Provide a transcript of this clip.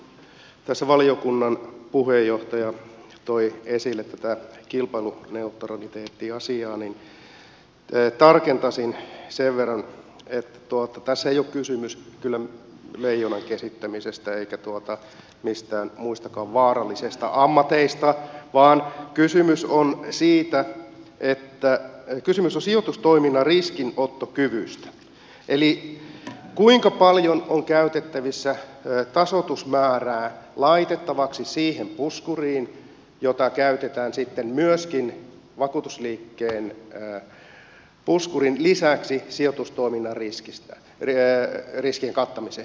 kun tässä valiokunnan puheenjohtaja toi esille tätä kilpailuneutraliteettiasiaa niin tarkentaisin sen verran että tässä ei ole kysymys kyllä leijonan kesyttämisestä eikä mistään muistakaan vaarallisista ammateista vaan kysymys on sijoitustoiminnan riskinottokyvystä eli siitä kuinka paljon on käytettävissä tasoitusmäärää laitettavaksi siihen puskuriin jota käytetään sitten myöskin vakuutusliikkeen puskurin lisäksi sijoitustoiminnan riskien kattamiseen